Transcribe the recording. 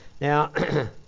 Now